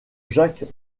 jacques